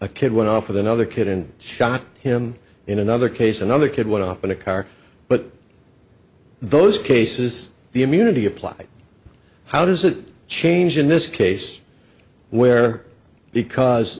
a kid went off with another kid and shot him in another case another kid went off in a car but those cases the immunity apply how does it change in this case where because